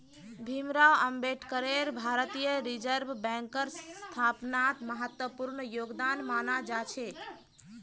भीमराव अम्बेडकरेर भारतीय रिजर्ब बैंकेर स्थापनात महत्वपूर्ण योगदान माना जा छे